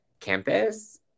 campus